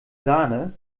sahne